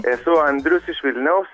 esu andrius iš vilniaus